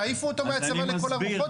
תעיפו אותו מהצבא לכל הרוחות,